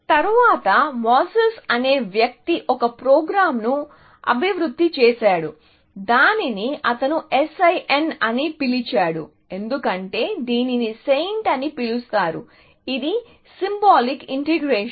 తరువాత మోసెస్ అనే వ్యక్తి ఒక ప్రోగ్రామ్ను అభివృద్ధి చేశాడు దానిని అతను SIN అని పిలిచాడు ఎందుకంటే దీనిని SAINT అని పిలుస్తారు ఇది సింబాలిక్ ఇంటిగ్రేషన్